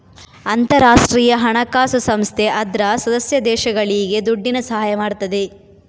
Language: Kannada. ಅಂತಾರಾಷ್ಟ್ರೀಯ ಹಣಕಾಸು ಸಂಸ್ಥೆ ಅದ್ರ ಸದಸ್ಯ ದೇಶಗಳಿಗೆ ದುಡ್ಡಿನ ಸಹಾಯ ಮಾಡ್ತದೆ